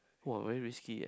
!wah! very risky eh